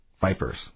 Vipers